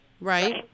Right